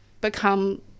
become